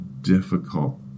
difficult